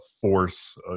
force